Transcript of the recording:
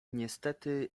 niestety